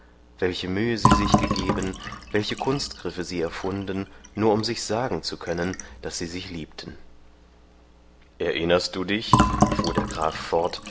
welche mühe sie sich gegeben welche kunstgriffe sie erfunden nur um sich sagen zu können daß sie sich liebten erinnerst du dich fuhr der graf fort